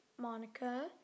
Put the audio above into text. Monica